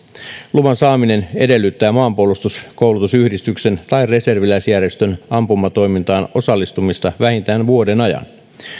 luvan saaminen edellyttää maanpuolustuskoulutusyhdistyksen tai reserviläisjärjestön ampumatoimintaan osallistumista vähintään vuoden ajan